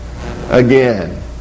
again